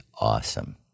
awesome